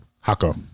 Hako